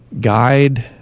guide